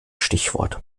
stichwort